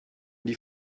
die